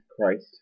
Christ